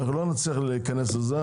אנחנו לא נצליח להיכנס לזה,